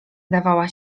dawała